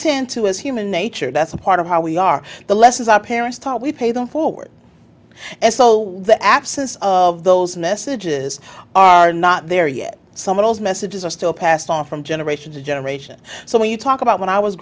tend to as human nature that's a part of how we are the lessons our parents taught we pay them forward and so the absence of those messages are not there yet some of those messages are still passed on from generation to generation so when you talk about when i was